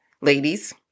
ladies